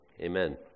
Amen